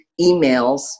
emails